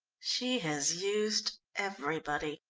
she has used everybody,